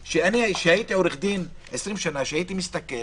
כאלה, כשהייתי עורך דין 20 שנה, הייתי מסתכל,